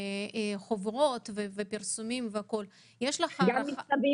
החוברות הפרסומים והמכתבים